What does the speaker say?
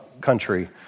country